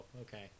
okay